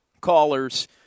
callers